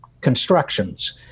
constructions